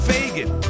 Fagan